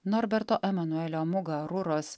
norberto emanuelio mugaruros